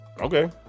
Okay